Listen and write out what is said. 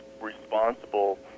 responsible